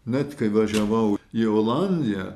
net kai važiavau į olandiją